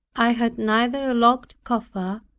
i had neither a locked coffer,